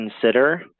consider